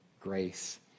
grace